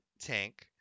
Tank